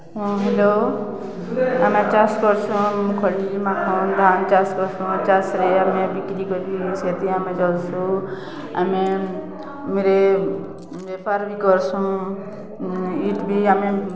ହଁ ହେଲୋ ଆମେ ଚାଷ୍ କର୍ସୁଁ ମୁକ୍ଫୁଲି ମାଖନ୍ ଧାନ୍ ଚାଷ୍ କର୍ସୁଁ ଚାଷ୍ରେ ଆମେ ବିକ୍ରି କରି ସେଥି ଆମେ ଚଲ୍ସୁ ଆମେରେ ବେପାର୍ ବି କର୍ସୁଁ ଇଟ୍ ବି ଆମେ